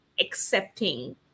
accepting